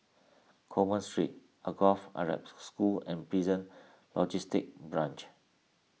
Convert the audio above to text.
Coleman Street Alsagoff Arab School and Prison Logistic Branch